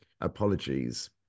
apologies